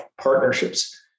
partnerships